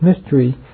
mystery